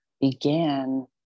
began